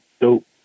dope